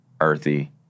earthy